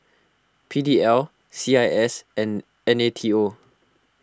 P D L C I S and N A T O